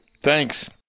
thanks